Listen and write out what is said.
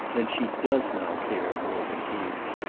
then she does now care more than he.